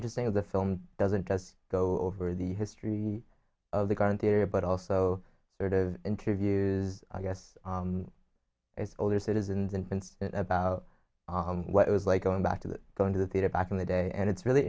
interesting of the film doesn't does go over the history of the current era but also sort of interviews i guess as older citizens and about what it was like going back to going to the theater back in the day and it's really